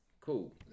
Cool